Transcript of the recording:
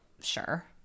sure